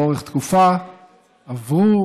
לאורך תקופה עברו,